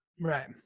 right